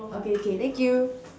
okay okay thank you